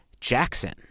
Jackson